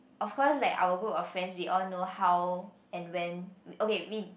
of course like our group of friends we all know how and when okay we